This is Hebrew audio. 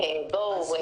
אדוני היו"ר.